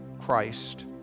Christ